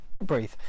Breathe